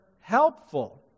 helpful